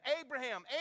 Abraham